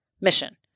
mission